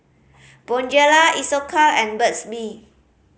Bonjela Isocal and Burt's Bee